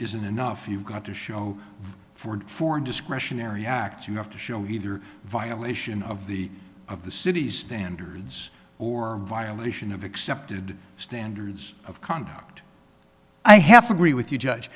isn't enough you've got to show ford for discretionary act you have to show either violation of the of the city's standards or violation of accepted standards of conduct i half agree with you judge